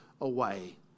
away